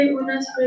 unas